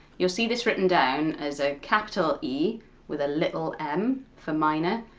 you'll see this written down as a capital e with a little m for minor.